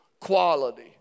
quality